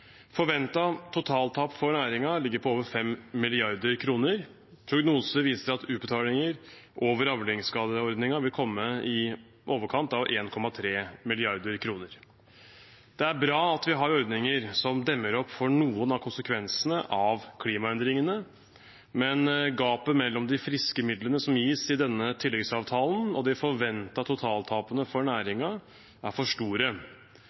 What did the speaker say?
totaltap for næringen ligger på over 5 mrd. kr. Prognoser viser at utbetalinger over avlingsskadeordningen vil komme på i overkant av 1,3 mrd. kr. Det er bra at vi har ordninger som demmer opp for noen av konsekvensene av klimaendringene, men gapet mellom de friske midlene som gis i denne tilleggsavtalen, og de forventede totaltapene for næringen er for store.